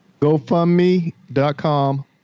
GoFundMe.com